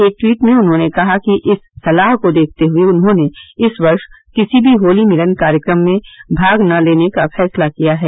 एक ट्वीट में उन्होंने कहा कि इस सलाह को देखते हए उन्होंने इस वर्ष किसी भी होली मिलन कार्यक्रम में भाग न लेने का फैसला किया है